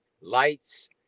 lights